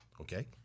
Okay